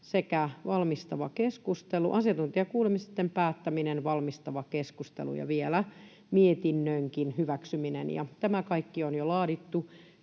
meillä on tästä asiasta asiantuntijakuulemisten päättäminen, valmistava keskustelu ja vielä mietinnönkin hyväksyminen. Ja tämä kaikki on jo laadittu